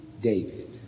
David